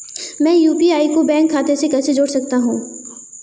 मैं यू.पी.आई को बैंक खाते से कैसे जोड़ सकता हूँ?